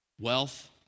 Wealth